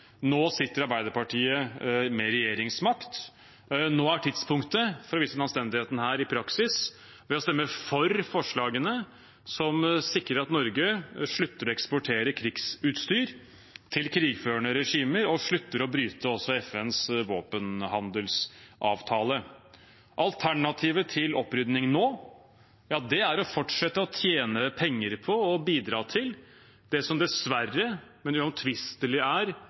Nå sitter Arbeiderpartiet med regjeringsmakt. Nå er tidspunktet for å vise denne anstendigheten i praksis ved å stemme for forslagene som sikrer at Norge slutter å eksportere krigsutstyr til krigførende regimer, og også slutter å bryte FNs våpenhandelsavtale. Alternativet til opprydning nå er å fortsette å tjene penger på å bidra til det som dessverre, men uomtvistelig er